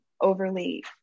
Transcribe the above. overly